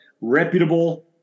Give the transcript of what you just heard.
reputable